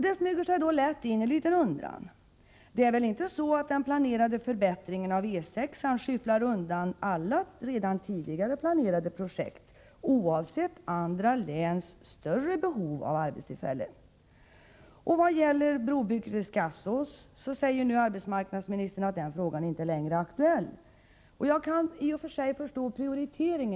Det smyger sig då lätt in en liten undran: Det är väl inte så att den planerade förbättringen av E 6-an skyfflar undan alla redan tidigare planerade projekt, oavsett andra läns större behov av arbetstillfällen? När det gäller brobygget vid Skasås säger arbetsmarknadsministern nu att den frågan inte längre är aktuell. Jag kan förstå prioriteringen i och för sig.